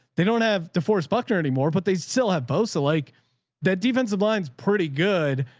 they don't have the forest buckner anymore, but they still have bossa like that defensive lines. pretty good.